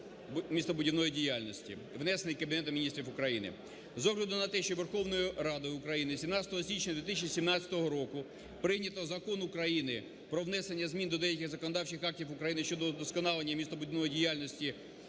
містобудівної діяльності, внесений Кабінетом Міністрів України. З огляду на те, що Верховною Радою України 17 січня 2017 року прийнято Закон України про внесення змін до деяких законодавчих актів України щодо удосконалення містобудівної діяльності